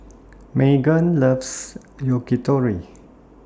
Meggan loves Yakitori